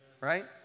right